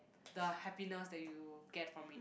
the happiness that you get from it